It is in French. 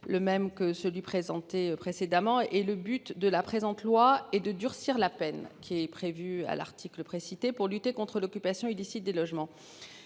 le même que celui présenté précédemment et le but de la présente loi et de durcir la peine qui est prévue à l'article précité pour lutter contre l'occupation illicite des logements.